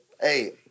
Hey